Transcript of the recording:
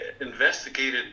investigated